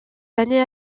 années